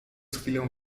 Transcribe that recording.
chwilę